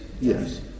Yes